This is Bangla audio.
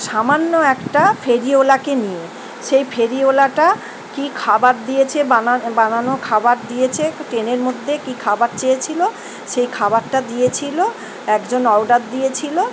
সামান্য একটা ফেরিওলাকে নিয়ে সেই ফেরিওলাটা কী খাবার দিয়েছে বানা বানানো খাবার দিয়েছে ট্রেনের মধ্যে কি খাবার চেয়েছিলো সেই খাবারটা দিয়েছিলো একজন অর্ডার দিয়েছিলো